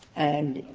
and